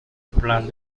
plan